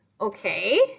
okay